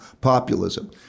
populism